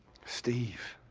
steve.